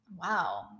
Wow